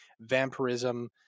vampirism